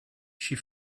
she